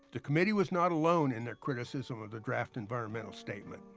the committee was not alone in their criticism of the draft environmental statement.